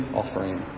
offering